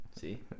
See